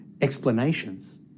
explanations